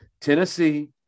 Tennessee